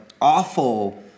awful